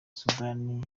sudan